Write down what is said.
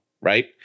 right